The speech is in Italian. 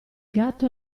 gatto